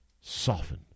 soften